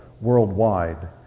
worldwide